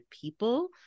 people